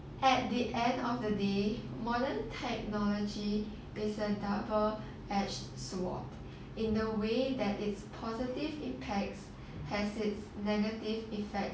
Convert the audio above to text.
at the end of the day modern technology is a double edged sword in the way that it's positive impacts has its negative effect